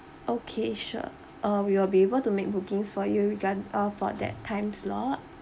okay sure uh we will be able to make bookings for you regard uh for that time slot